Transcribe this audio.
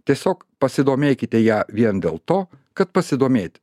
tiesiog pasidomėkite ją vien dėl to kad pasidomėti